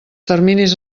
terminis